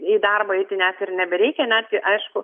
į darbą eiti net ir nebereikia netgi aišku